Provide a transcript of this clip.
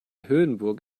höhenburg